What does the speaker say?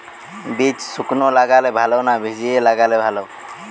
বীজ শুকনো লাগালে ভালো না ভিজিয়ে লাগালে ভালো?